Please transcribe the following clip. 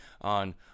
on